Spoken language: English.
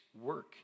work